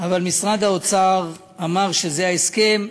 אבל משרד האוצר אמר שזה ההסכם.